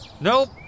Nope